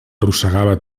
arrossegava